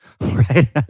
Right